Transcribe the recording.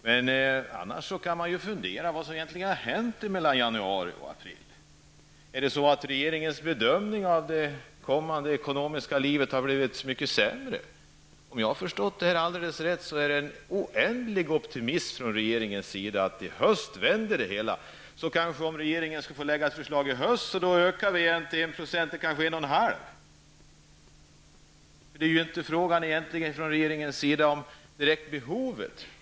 Annars kan man fundera över vad som egentligen har hänt mellan januari och april. Har regeringens bedömning av det ekonomiska livet i framtiden blivit så mycket sämre? Om jag har förstått det hela rätt, hyser regeringen en oändlig optimism om att utvecklingen vänder i höst. Kunde regeringen lägga fram ett förslag i höst, skulle det bli en ökning från 1 % till kanske 1,5 %. Regeringen förnekar ju inte direkt behovet.